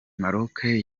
maroc